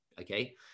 okay